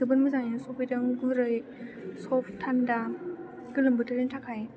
जोबोद मोजाङैनो सफैदों गुरै सफ्ट थान्दा गोलोम बोथोरनि थाखाय